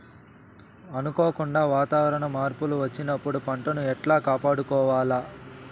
అనుకోకుండా వాతావరణ మార్పులు వచ్చినప్పుడు పంటను ఎట్లా కాపాడుకోవాల్ల?